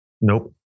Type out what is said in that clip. Nope